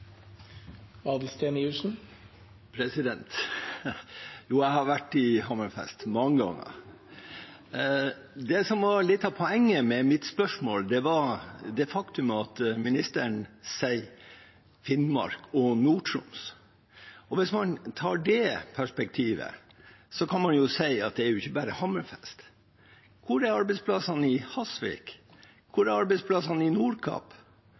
Jo, jeg har vært i Hammerfest – mange ganger. Det som var litt av poenget med mitt spørsmål, var det faktum at ministeren sier Finnmark og Nord-Troms. Hvis man tar det perspektivet, kan man si at det er jo ikke bare Hammerfest. Hvor er arbeidsplassene i Hasvik, hvor er arbeidsplassene i